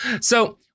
So-